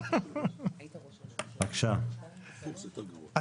שמאז הקורונה חל שינוי בדפוסי התעסוקה בישראל